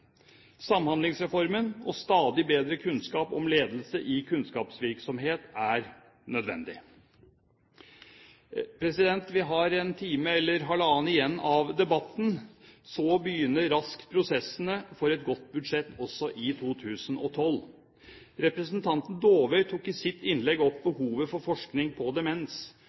Samhandlingsreformen og stadig bedre kunnskap om ledelse i kunnskapsvirksomhet er nødvendig. Vi har en time eller halvannen igjen av debatten. Så begynner raskt prosessene for et godt budsjett også for 2012. Representanten Dåvøy tok i sitt innlegg opp behovet for forskning på demens.